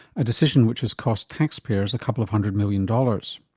a decision which has cost taxpayers a couple of hundred million dollars.